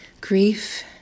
Grief